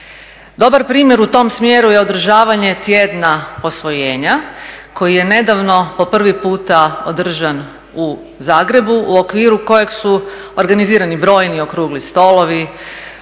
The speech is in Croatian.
Dobar primjer je u tom smjeru je održavanje Tjedna posvojenja koji je nedavno po prvi puta održan u Zagrebu u okviru kojeg su organizirani brojni okrugli stolovi,